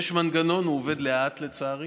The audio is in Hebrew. יש מנגנון, הוא עובד לאט, לצערי,